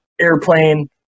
airplane